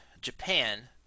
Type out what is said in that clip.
Japan